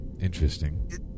interesting